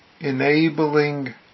enabling